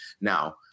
now